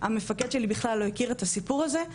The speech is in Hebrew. המפקד שלי בכלל לא הכיר את הסיפור הזה,